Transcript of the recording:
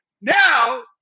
Now